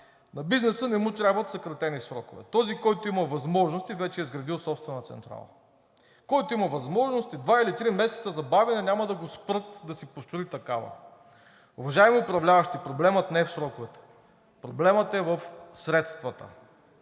на бизнеса не му трябват съкратени срокове. Този, който има възможности, вече е изградил собствена централа, който има възможности – два или три месеца забавяне, няма да го спрат да си построи такава. Уважаеми управляващи, проблемът не е в сроковете, проблемът е в средствата.